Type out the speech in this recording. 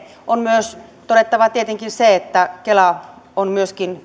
on myös todettava tietenkin se että kela on myöskin